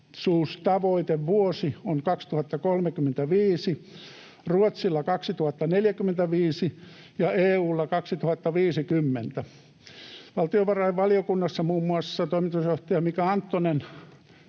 hiilineutraalisuustavoitevuosi on 2035, Ruotsilla 2045 ja EU:lla 2050. Valtiovarainvaliokunnassa muun muassa toimitusjohtaja Mika Anttonen